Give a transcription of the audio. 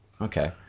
Okay